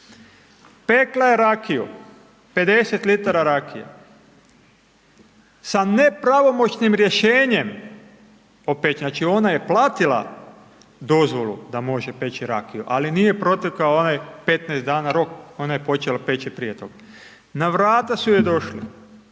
Pekla je rakiju, 50 litara rakije, sa nepravomoćnim rješenjem, znači, ona je platila dozvolu da može peći rakiju, ali nije protekao onaj 15 dana rok, ona je počela peći prije toga, na vrata su joj došli